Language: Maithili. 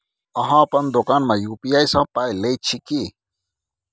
अहाँ अपन दोकान मे यू.पी.आई सँ पाय लैत छी की?